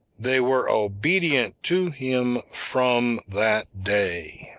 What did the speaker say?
they were obedient to him from that day.